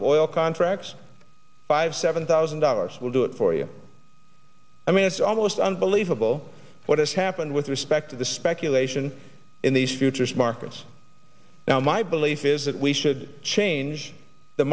of oil contracts five seven thousand dollars will do it for you i mean it's almost unbelievable what has happened with respect to the speculation in the futures markets now my belief is that we should change the